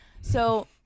So-